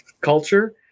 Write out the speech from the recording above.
culture